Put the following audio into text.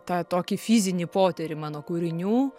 tą tokį fizinį potyrį mano kūrinių